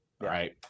right